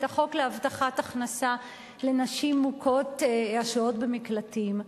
את החוק להבטחת הכנסה לנשים מוכות השוהות במקלטים,